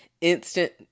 instant